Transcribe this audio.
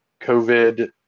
COVID